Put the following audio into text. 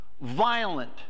violent